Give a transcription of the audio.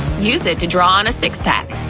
use it to draw on a six-pack!